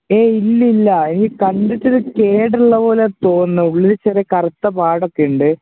ഏ ഇല്ലില്ല എനിക്ക് കണ്ടിട്ട് കേടുള്ളതുപോലെയാണ് തോന്നുന്നത് ഉള്ളില് ചെറിയ കറുത്ത പാടൊക്കെയുണ്ട്